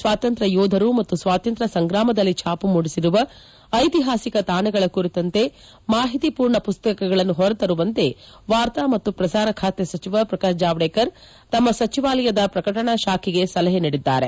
ಸ್ವಾತಂತ್ರ್ಯ ಯೋಧರು ಮತ್ತು ಸ್ವಾತಂತ್ರ್ಯ ಸಂಗಾಮದಲ್ಲಿ ಛಾಪು ಮೂಡಿಸಿರುವ ಐತಿಹಾಸಿಕ ತಾಣಗಳ ಕುರಿತಂತೆ ಮಾಹಿತಿ ಮೂರ್ಣ ಮಸ್ತಕಗಳನ್ನು ಹೊರತರುವಂತೆ ವಾರ್ತಾ ಮತ್ತು ಪ್ರಸಾರ ಖಾತೆ ಸಚಿವ ಪ್ರಕಾಶ್ ಜಾವಡೇಕರ್ ತಮ್ನ ಸಚಿವಾಲಯದ ಪ್ರಕಟಣಾ ಶಾಖೆಗೆ ಸಲಹೆ ನೀಡಿದ್ದಾರೆ